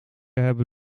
hebben